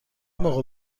موقع